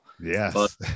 Yes